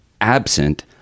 absent